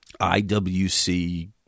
IWC